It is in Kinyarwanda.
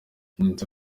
mento